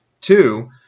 Two